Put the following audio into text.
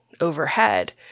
overhead